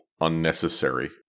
unnecessary